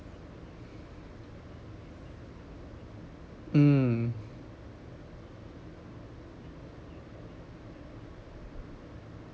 mm